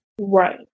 Right